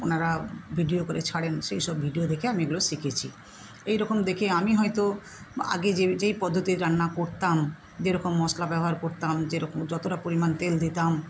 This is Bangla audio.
ওনারা ভিডিও করে ছাড়েন সেই সব ভিডিও দেখে আমি এগুলো শিখেছি এইরকম দেখে আমি হয়তো আগে যে যেই পদ্ধতির রান্না করতাম যেরকম মশলা ব্যবহার করতাম যেরকম যতটা পরিমাণ তেল দিতাম